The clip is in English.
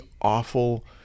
awful